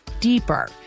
deeper